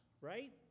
right